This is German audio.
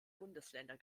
bundesländer